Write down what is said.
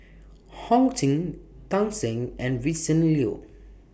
Ho Ching Tan Shen and Vincent Leow